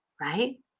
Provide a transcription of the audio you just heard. right